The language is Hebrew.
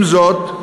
עם זאת,